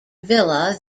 villa